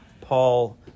Paul